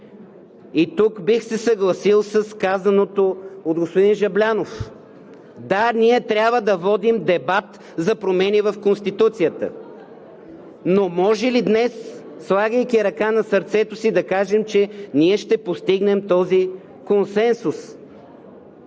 И тук бих се съгласил с казаното от господин Жаблянов – да, трябва да водим дебат за промени в Конституцията, но може ли днес, слагайки ръка на сърцето си, да кажем, че ние ще постигнем този консенсус,